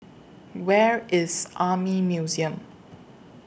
Where IS Army Museum